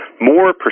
more